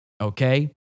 okay